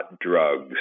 drugs